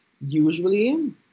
usually